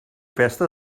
pesta